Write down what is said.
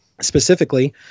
specifically